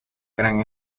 gran